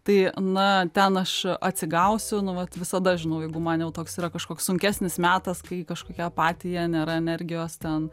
tai na ten aš atsigausiu nu vat visada žinau jeigu man jau toks yra kažkoks sunkesnis metas kai kažkokia apatija nėra energijos ten